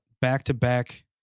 back-to-back